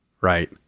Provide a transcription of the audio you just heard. Right